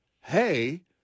hey